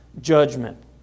judgment